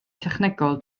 technegol